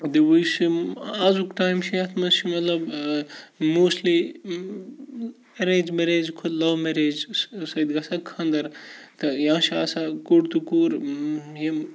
دِوٕ چھِ یِم آزُک ٹایم چھِ یَتھ منٛز چھِ مطلب موسٹلی ایٚرینٛج میریج کھۄتہٕ لَو میریج سۭتۍ گَژھان خانٛدَر تہٕ یا چھِ آسان کوٚٹ تہٕ کوٗر یِم